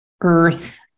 earth